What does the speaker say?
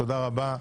תודה רבה.